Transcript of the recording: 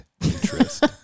interest